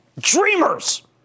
dreamers